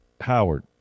Howard